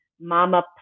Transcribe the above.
Mama